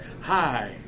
Hi